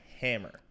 hammer